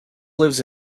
lives